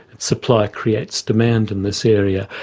supply creates demand in this area,